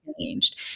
changed